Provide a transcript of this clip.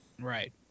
Right